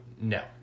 No